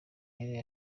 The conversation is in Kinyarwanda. yari